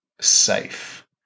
SAFE